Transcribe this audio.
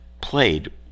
played